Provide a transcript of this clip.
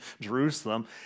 Jerusalem